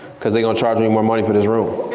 cause they're gonna charge me more money for this room.